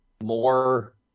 more